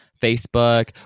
Facebook